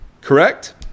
Correct